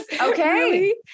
Okay